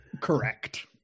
Correct